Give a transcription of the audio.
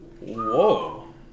Whoa